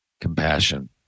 compassion